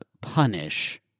punish